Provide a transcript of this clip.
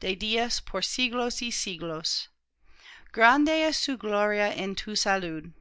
de días por siglos y siglos grande es su gloria en tu salud